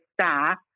staff